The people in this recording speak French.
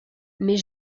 mais